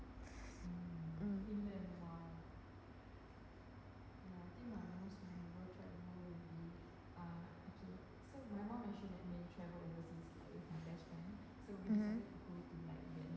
mm mmhmm